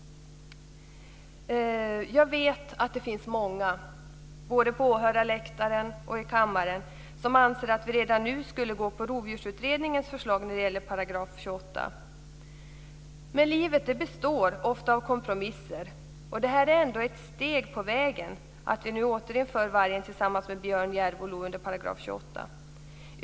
Jag vet att det finns många, både på åhörarläktaren och i kammaren, som anser att vi redan nu skulle gå på Rovdjursutredningens förslag när det gäller 28 §. Men livet består ofta av kompromisser, och det är ändå ett steg på vägen att vi nu återinför vargen tillsammans med björn, järv och lo under 28 §.